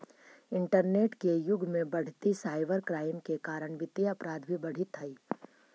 internet के युग में बढ़ीते साइबर क्राइम के कारण वित्तीय अपराध भी बढ़ित हइ